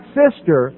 sister